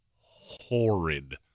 horrid